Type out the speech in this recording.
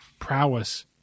prowess